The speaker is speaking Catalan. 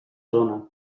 zona